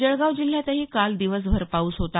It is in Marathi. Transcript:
जळगाव जिल्ह्यातही काल दिवसभर पाऊस होता